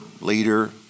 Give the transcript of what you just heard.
leader